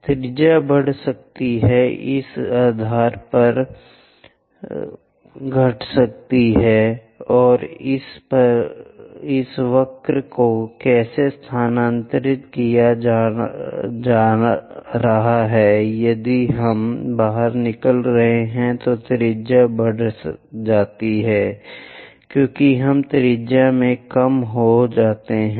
त्रिज्या बढ़ सकती है इस आधार पर घट सकती है कि हम इस वक्र को कैसे स्थानांतरित करने जा रहे हैं यदि हम बाहर निकल रहे हैं तो त्रिज्या बढ़ जाती है क्योंकि हम त्रिज्या में कम हो जाते हैं